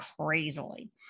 crazily